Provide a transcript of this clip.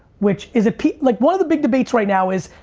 which, is it, like one of the big debates right now is,